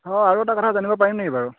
অঁ আৰু এটা কথা জানিব পাৰিম নেকি বাৰু